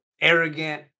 arrogant